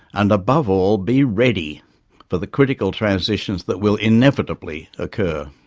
and above all be ready for the critical transitions that will inevitably occur.